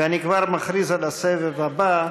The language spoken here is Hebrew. אני כבר מכריז על הסבב הבא: